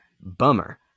Bummer